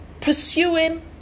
pursuing